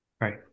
Right